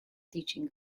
teaching